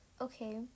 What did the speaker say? okay